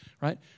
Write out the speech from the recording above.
Right